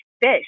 fish